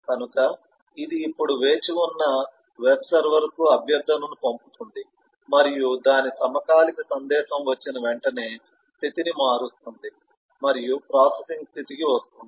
కనుక ఇది ఇప్పుడు వేచి ఉన్న వెబ్ సర్వర్కు అభ్యర్థనను పంపుతుంది మరియు దాని సమకాలిక సందేశం వచ్చిన వెంటనే స్థితిని మారుస్తుంది మరియు ప్రాసెసింగ్ స్థితికి వస్తుంది